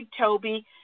Toby